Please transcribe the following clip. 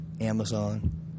Amazon